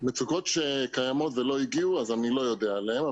מצוקות שקיימות ולא הגיעו, אני לא יודע עליהן.